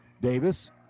Davis